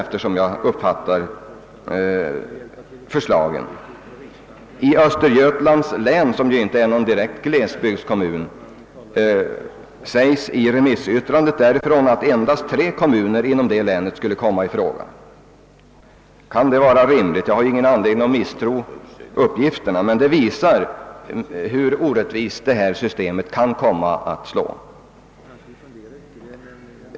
I remissyttrandet från Östergötlands län, som ju inte är någon regelrätt glesbygd, sägs att endast tre kommuner i länet skulle komma i fråga för detta bidrag. Kan det vara rimligt? Vi har väl ingen anledning att misstro dessa uppgifter, men de visar hur orättvist systemet kan komma att slå.